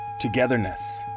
togetherness